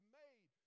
made